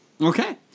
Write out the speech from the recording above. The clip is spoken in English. Okay